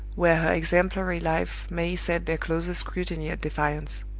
where her exemplary life may set their closest scrutiny at defiance.